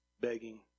begging